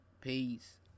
peace